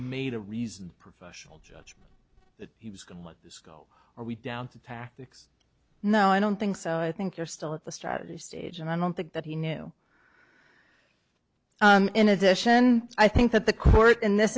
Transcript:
made a reasoned professional judgment that he was going to let this go are we down to tactics no i don't think so i think you're still at the strategy stage and i don't think that he knew in addition i think that the court in this